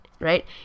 Right